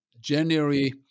January